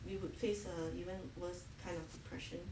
we would face a even worst kind of depression